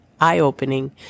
eye-opening